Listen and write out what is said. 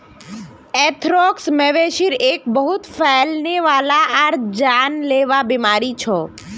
anthrax, मवेशिर एक बहुत फैलने वाला आर जानलेवा बीमारी छ